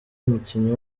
umukinnyi